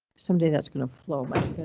someday that's going to flow much